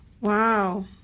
Wow